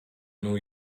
new